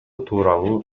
тууралуу